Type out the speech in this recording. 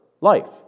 life